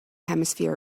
hemisphere